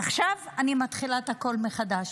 עכשיו אני מתחילה את הכול מחדש,